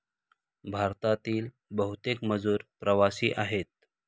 भारतातील बहुतेक मजूर प्रवासी आहेत